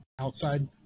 Outside